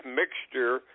mixture